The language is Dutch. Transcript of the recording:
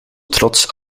trots